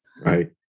Right